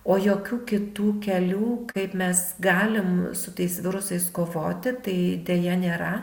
o jokių kitų kelių kaip mes galim su tais virusais kovoti tai deja nėra